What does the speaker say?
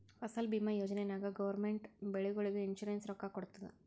ಫಸಲ್ ಭೀಮಾ ಯೋಜನಾ ನಾಗ್ ಗೌರ್ಮೆಂಟ್ ಬೆಳಿಗೊಳಿಗ್ ಇನ್ಸೂರೆನ್ಸ್ ರೊಕ್ಕಾ ಕೊಡ್ತುದ್